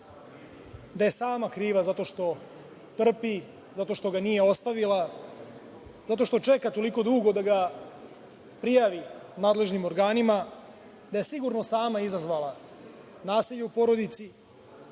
da je sama kriva zato što trpi, zato što ga nije ostavila, zato što čeka toliko dugo da ga prijavi nadležnim organima, da je sigurno sama izazvala nasilje u porodici,